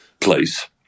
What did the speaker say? place